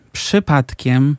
przypadkiem